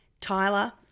Tyler